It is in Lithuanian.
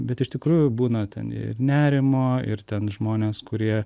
bet iš tikrųjų būna ten ir nerimo ir ten žmonės kurie